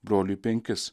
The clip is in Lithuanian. broliui penkis